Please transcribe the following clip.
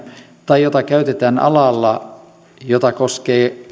tai jota käytetään alalla jota koskevat